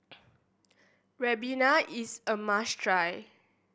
Ribena is a must try